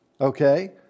okay